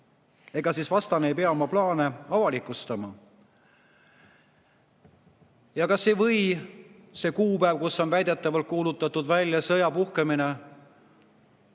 võimalik. Vastane ei pea oma plaane avalikustama. Ja kas ei või see kuupäev, milleks on väidetavalt kuulutatud välja sõja puhkemine,